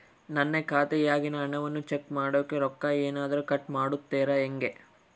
ನನ್ನ ಖಾತೆಯಾಗಿನ ಹಣವನ್ನು ಚೆಕ್ ಮಾಡೋಕೆ ರೊಕ್ಕ ಏನಾದರೂ ಕಟ್ ಮಾಡುತ್ತೇರಾ ಹೆಂಗೆ?